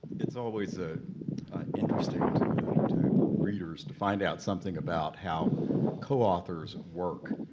it's always ah interesting to to readers to find out something about how coauthors work.